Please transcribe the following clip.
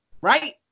right